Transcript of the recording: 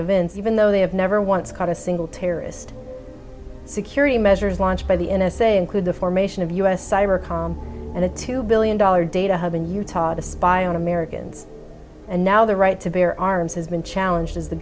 events even though they have never once caught a single terrorist security measures launched by the n s a include the formation of u s cyber com and a two billion dollar data hub in utah to spy on americans and now the right to bear arms has been challenged as the